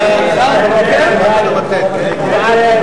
ההסתייגות של חבר הכנסת רוברט טיבייב